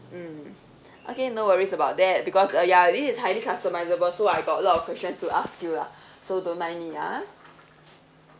mm okay no worries about that because uh ya this is highly customisable so I got a lot of questions to ask you lah so don't mind me ah